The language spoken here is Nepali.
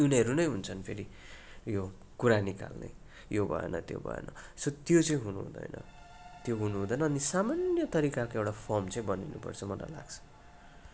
यिनीहरू नै हुन्छन् फेरि यो कुरा निकाल्ने यो भएन त्यो भएन सो त्यो चाहिँ हुनु हुँदैन त्यो हुनु हुँदैन अनि सामान्य तरिकाको एउटा फर्म चाहिँ बनिनु पर्छ मलाई लाग्छ